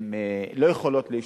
לא יכולות להשתתף,